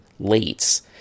lates